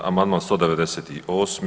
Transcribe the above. Amandman 198.